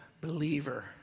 believer